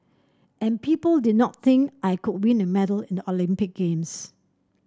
and people did not think I could win a medal in the Olympic Games